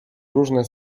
różne